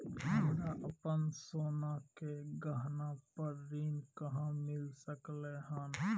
हमरा अपन सोना के गहना पर ऋण कहाॅं मिल सकलय हन?